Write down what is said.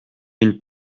une